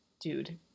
dude